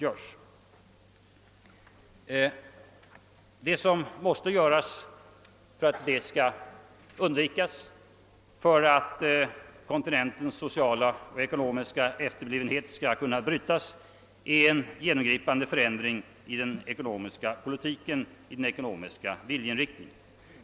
Och det som måste göras för att undvika den och för att kontinentens sociala och ekonomiska efterblivenhet skall kunna brytas är en genomgripande förändring i den politiska viljeinriktningen.